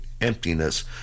emptiness